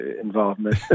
involvement